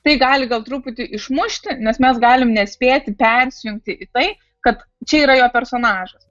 tai gali gal truputį išmušti nes mes galim nespėti persijungti į tai kad čia yra jo personažas